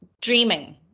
dreaming